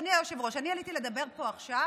אדוני היושב-ראש, אני עליתי לדבר פה עכשיו